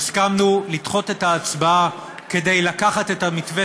והסכמנו לדחות את ההצבעה כדי לקחת את המתווה